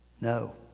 No